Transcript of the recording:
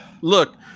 Look